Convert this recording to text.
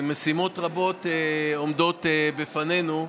ומשימות רבות עומדות בפנינו.